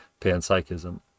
panpsychism